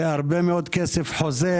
הרבה מאוד כסף חוזר.